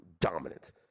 dominant